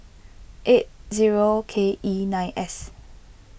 eight zero K E nine S